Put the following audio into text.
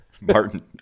Martin